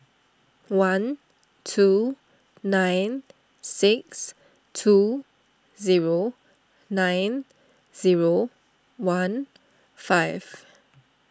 one two nine six two zero nine zero one five